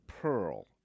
Pearl